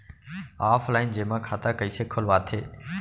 Offline जेमा खाता कइसे खोलवाथे?